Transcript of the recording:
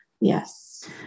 Yes